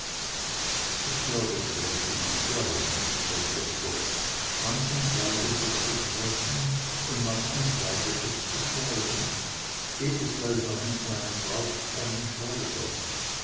ich glaube gräfin wir lassen die comtesse manchem kleidet es zu sprechen und manchem kleidet es zu schweigen jedes beisammensein braucht einen schweiger